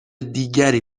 دیگری